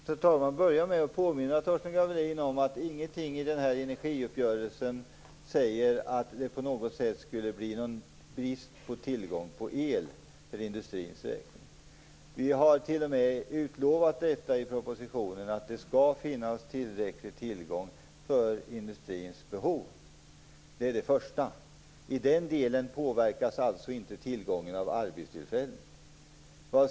Herr talman! Låt mig börja med att påminna Torsten Gavelin om att ingenting i energiuppgörelsen säger att det skulle bli brist på el för industrin. Vi har t.o.m. lovat i propositionen att det skall finnas tillräcklig tillgång för industrins behov. I den delen påverkas alltså inte antalet arbetstillfällen.